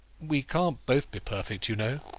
we can't both be perfect, you know.